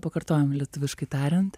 pakartojam lietuviškai tariant